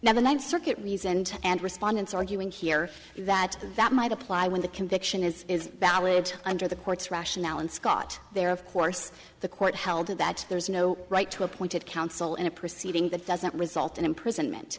now the ninth circuit reasoned and respondents arguing here that that might apply when the conviction is is valid under the court's rationale and scott there of course the court held that there is no right to appointed counsel in a proceeding that doesn't result in prison meant